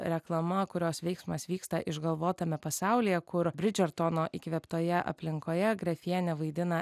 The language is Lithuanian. reklama kurios veiksmas vyksta išgalvotame pasaulyje kur bridžertono įkvėptoje aplinkoje grafienę vaidina